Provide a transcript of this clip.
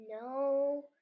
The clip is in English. no